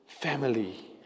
family